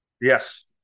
yes